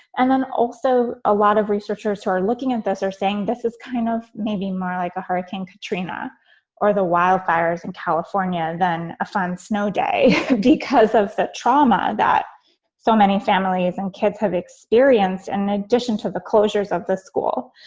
and then also a lot of researchers who are looking at this are saying this is kind of maybe more like a hurricane katrina or the wildfires in california than a fun snow day because of that trauma that so many families and kids have experienced. in and addition to the closures of the school.